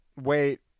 wait